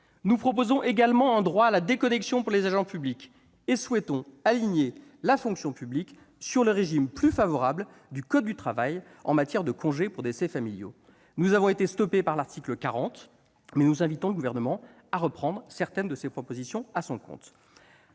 Nous proposons également un droit à la déconnexion pour les agents publics et souhaitons aligner la fonction publique sur le régime plus favorable du code du travail en matière de congés pour décès familiaux. Nous avons été stoppés par l'article 40 de la Constitution, mais nous invitons le Gouvernement à reprendre certaines de nos propositions à son compte.